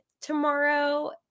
tomorrow